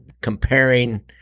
comparing